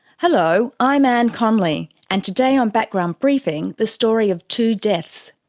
hello, i'm anne connolly, and today on background briefing the story of two deaths.